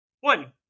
one